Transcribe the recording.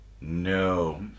no